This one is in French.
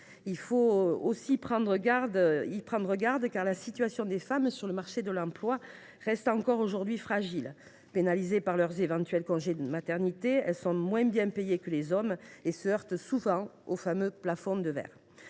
Il faut y prendre garde, car la situation des femmes sur le marché de l’emploi reste, encore aujourd’hui, fragile : pénalisées par leurs éventuels congés de maternité, elles sont moins bien payées que les hommes et se heurtent souvent au fameux « plafond de verre